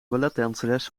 balletdanseres